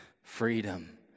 Freedom